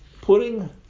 putting